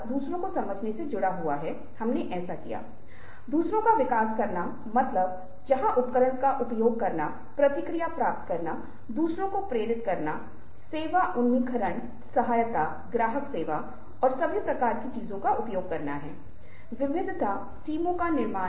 चुप्पी समझने का तरीका है जैसा कि हम सुनने के कौशल के संदर्भ में महसूस करते हैं लेकिन अन्य कल्पनाशील तरीकों के बारे में सोचें जो चुप्पी का इस्तेमाल कर सकते हैं और जब आप मंच पर चर्चा करते हैं तो इसे हमारे साथ साझा करें